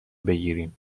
بگیریم